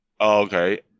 Okay